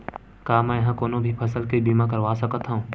का मै ह कोनो भी फसल के बीमा करवा सकत हव?